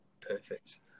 perfect